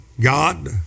God